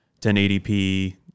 1080p